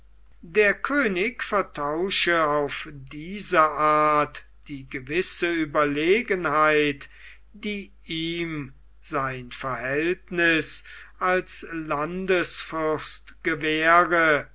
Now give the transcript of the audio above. der könig vertausche auf diese art die gewisse ueberlegenheit die ihm sein verhältniß als